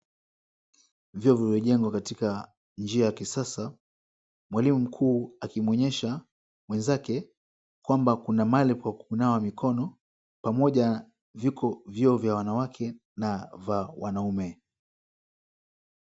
Vyoo vimejengwa katika njia ya kisasa. Mwalimu mkuu akimuonyesha mwenzake kwamba kuna mahali kwa kunawa mikono pamoja viko vyoo vya wanawake na vya wanaume.